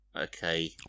okay